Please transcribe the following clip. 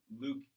Luke